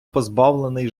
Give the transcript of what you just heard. позбавлений